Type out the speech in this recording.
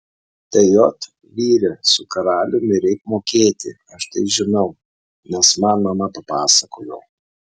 tai ot vyre su karaliumi reik mokėti aš tai žinau nes man mama papasakojo